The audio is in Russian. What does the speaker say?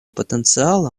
потенциала